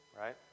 right